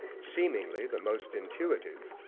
seemingly the most intuitive,